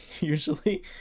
Usually